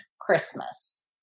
Christmas